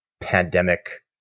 pandemic